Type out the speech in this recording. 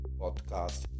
podcast